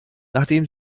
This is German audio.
nachdem